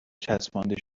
چسبانده